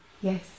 Yes